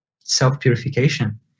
self-purification